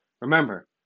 Remember